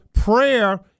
Prayer